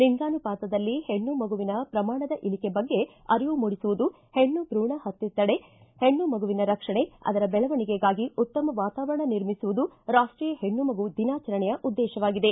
ಲಿಂಗಾನುಪಾತದಲ್ಲಿ ಹೆಣ್ಣು ಮಗುವಿನ ಪ್ರಮಾಣದ ಇಳಕೆ ಬಗ್ಗೆ ಅರಿವು ಮೂಡಿಸುವುದು ಹೆಣ್ಣು ಭೂಣ ಹತ್ತೆ ತಡೆ ಹೆಣ್ಣು ಮಗುವಿನ ರಕ್ಷಣೆ ಅದರ ಬೆಳವಣಿಗೆಗಾಗಿ ಉತ್ತಮ ವಾತಾವರಣ ನಿರ್ಮಿಸುವುದು ರಾಷ್ಷೀಯ ಹೆಣ್ಣು ಮಗು ದಿನಾಚರಣೆಯ ಉದ್ದೇಶವಾಗಿದೆ